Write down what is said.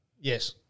yes